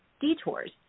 detours